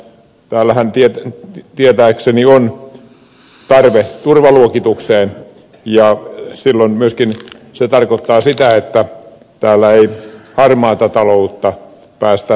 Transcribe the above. täällähän tietääkseni on tarve turvaluokitukseen ja silloin se myöskin tarkoittaa sitä että täällä ei harmaata taloutta päästä viljelemään